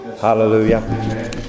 Hallelujah